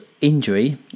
injury